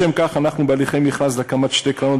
לשם כך אנחנו בהליכי מכרז להקמת שתי קרנות